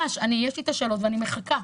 יש לי השאלות ואני מחכה.